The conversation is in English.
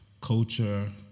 culture